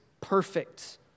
perfect